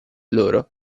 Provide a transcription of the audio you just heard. loro